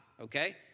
okay